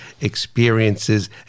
experiences